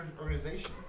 organization